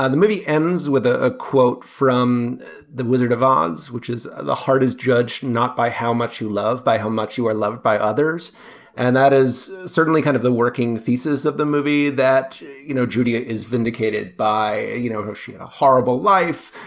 ah the movie ends with ah a quote from the wizard of oz which is the heart is judged not by how much you love by how much you are loved by others and that is certainly kind of the working thesis of the movie that you know julia is vindicated by you know how she had a horrible life.